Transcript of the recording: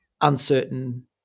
uncertain